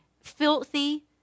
filthy